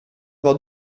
vad